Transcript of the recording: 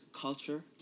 culture